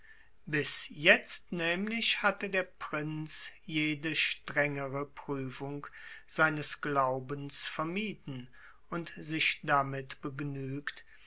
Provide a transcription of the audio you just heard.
bis jetzt nämlich hatte der prinz jede strengere prüfung seines glaubens vermieden und sich damit begnügt